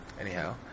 anyhow